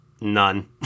none